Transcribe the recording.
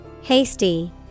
Hasty